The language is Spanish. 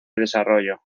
desarrollo